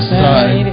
side